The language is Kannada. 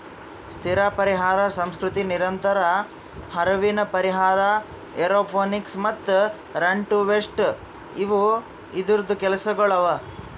ಸ್ಥಿರ ಪರಿಹಾರ ಸಂಸ್ಕೃತಿ, ನಿರಂತರ ಹರಿವಿನ ಪರಿಹಾರ, ಏರೋಪೋನಿಕ್ಸ್ ಮತ್ತ ರನ್ ಟು ವೇಸ್ಟ್ ಇವು ಇದೂರ್ದು ಕೆಲಸಗೊಳ್ ಅವಾ